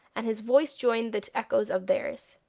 and his voice joined the echoes of theirs.